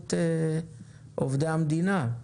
נציבות עובדי המדינה.